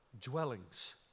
dwellings